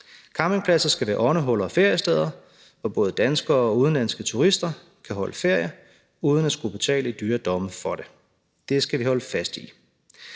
Campingpladser skal være åndehuller og feriesteder, hvor både danske og udenlandske turister kan holde ferie uden at skulle betale i dyre domme for det. Det skal vi holde fast i.